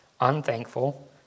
unthankful